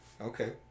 Okay